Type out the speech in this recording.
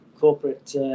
corporate